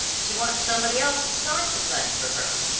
she wants somebody else to start the fun for her.